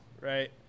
right